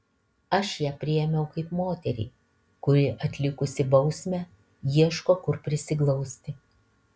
aš ją priėmiau kaip moterį kuri atlikusi bausmę ieško kur prisiglausti